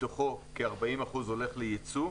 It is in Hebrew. מתוכו כ-40% הולך לייצוא,